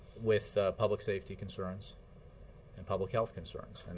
with public safety concerns and public health concerns. and